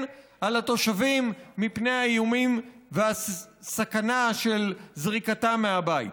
על התושבים מפני האיומים והסכנה של זריקתם מהבית.